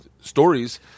stories